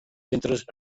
centres